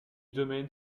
domaine